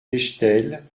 bechtel